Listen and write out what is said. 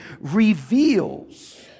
reveals